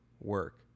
work